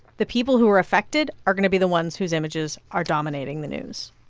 the people who are affected are going to be the ones whose images are dominating the news.